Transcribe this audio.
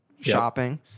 shopping